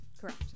Correct